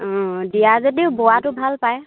অঁ দিয়া যদিও বোৱাটো ভাল পায়